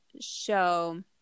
show